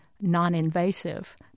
non-invasive